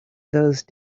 those